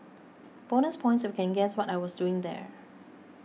bonus points if you can guess what I was doing there